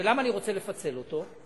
ולמה אני רוצה לפצל אותו?